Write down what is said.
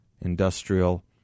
industrial